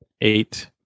eight